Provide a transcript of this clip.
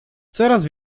coraz